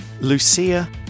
Lucia